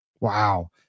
Wow